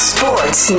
Sports